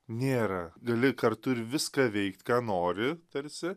nėra gali kartu ir viską veikt ką nori tarsi